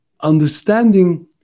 understanding